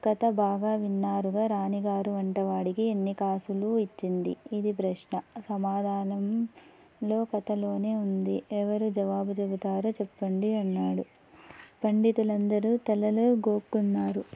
కథ బాగా విన్నారుగా రాణి గారు వంటవాడికి ఎన్ని కాసులు ఇచ్చింది ఇది ప్రశ్న సమాధానం కథలోఉంది ఎవరు జవాబు చెప్తారో చెప్పండి అన్నాడు పండితులు అందరు తలలు గోకున్నారు